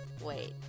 wait